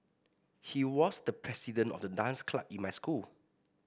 he was the president of the dance club in my school